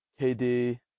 KD